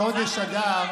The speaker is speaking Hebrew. פחדנים.